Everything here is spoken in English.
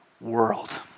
world